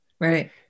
right